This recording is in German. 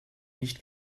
nicht